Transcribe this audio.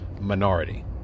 Minority